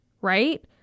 right